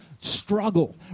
struggle